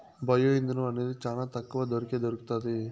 bio ఇంధనం అనేది చానా తక్కువ ధరకే దొరుకుతాది